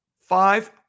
five